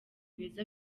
beza